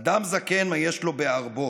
אדם זקן, מה יש לו בערבו?